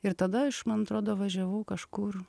ir tada aš man atrodo važiavau kažkur